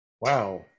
Wow